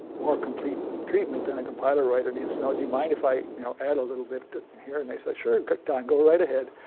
more complete treatment than a compiler writer needs to know. do you mind if i you know add a little bit here? and they said sure, don, go right ahead.